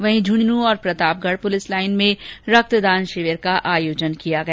वहीं झुंझुनूं और Pratapgarh police line में रक्तदान शिविर का आयोजन किया गया